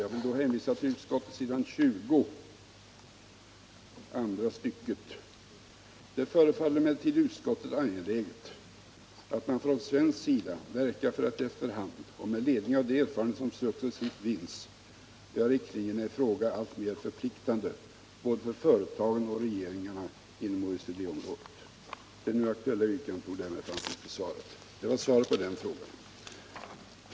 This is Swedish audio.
Jag vill då hänvisa till vad som står på s. 20 andra stycket i utskottsbetänkandet: ”Det förefaller emellertid utskottet angeläget att man från svensk sida verkar för att efter hand och med ledning av de erfarenheter som successivt vinns göra riktlinjerna i fråga alltmer förpliktande både för företagen och regeringarna inom OECD-området. Det nu aktuella yrkandet i motionen 1912 torde därmed få anses besvarat.” Det var svaret på den frågan.